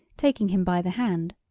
taking him by the hand.